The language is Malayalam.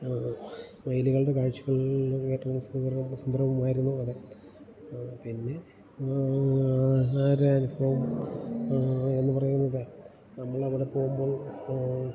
മയിലുകളുടെ കാഴ്ചകൾ അങ്ങേയറ്റം സുന്ദരവുമായിരുന്നു അതെ പിന്നെ ആ ഒരനുഭവം എന്ന് പറയുന്നത് നമ്മൾ അവിടെ പോകുമ്പോൾ